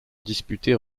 disputer